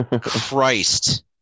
Christ